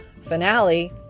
finale